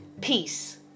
peace